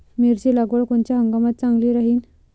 मिरची लागवड कोनच्या हंगामात चांगली राहीन?